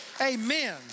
Amen